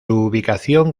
ubicación